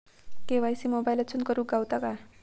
KYC मोबाईलातसून करुक गावता काय?